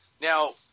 now